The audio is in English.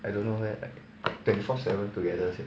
I don't know leh like twenty four seven together sia